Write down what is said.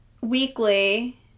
Weekly